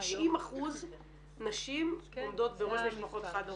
90% נשים עומדות בראש משפחות חד הוריות.